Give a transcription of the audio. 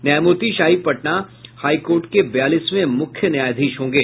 न्यायमूर्ति Shahi Patna high court के बयालीसवें मुख्य न्यायाधीश होंगे